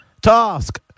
task